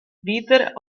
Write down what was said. wieder